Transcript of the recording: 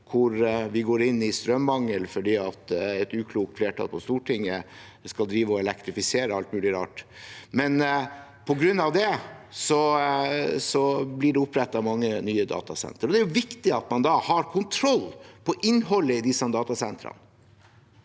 hvor vi går mot strømmangel fordi et uklokt flertall på Stortinget skal drive og elektrifisere alt mulig rart. På grunn av det blir det opprettet mange nye datasentre. Da er det viktig at man har kontroll på innholdet i disse datasentrene,